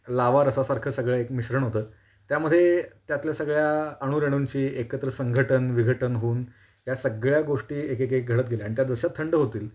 लावारसासारखं सगळं एक मिश्रण होतं त्यामध्ये त्यातल्या सगळ्या अणुरेणूंची एकत्र संघटन विघटन होऊन या सगळ्या गोष्टी एक एक एक घडत गेल्या आणि त्या जशा थंड होतील